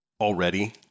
already